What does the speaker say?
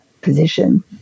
position